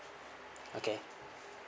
okay